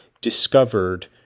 discovered